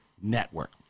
Network